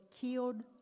killed